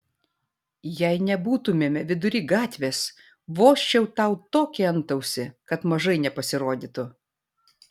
jei nebūtumėme vidury gatvės vožčiau tau tokį antausį kad mažai nepasirodytų